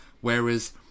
whereas